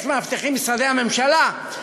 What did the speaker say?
יש מאבטחים במשרדי הממשלה,